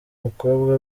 mukobwa